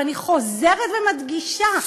ואני חוזרת ומדגישה: